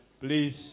Please